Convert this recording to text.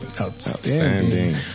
outstanding